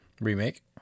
Remake